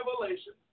revelation